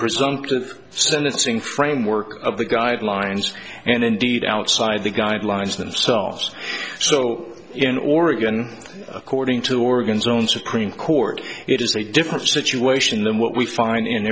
presumptive sentencing framework of the guidelines and indeed outside the guidelines themselves so in oregon according to organs own supreme court it is a different situation than what we find in